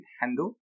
handle